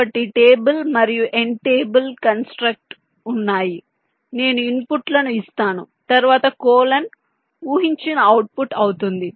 కాబట్టి టేబుల్ మరియు n table construct వున్నాయి నేను ఇన్పుట్లను ఇస్తాను తరువాత కోలన్ ఊహించిన అవుట్పుట్ అవుతుంది